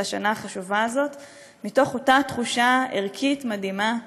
לשנה החשובה הזאת מתוך אותה תחושה ערכית מדהימה,